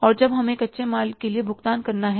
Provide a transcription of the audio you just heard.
तो जब हमें कच्चे माल के लिए भुगतान करना है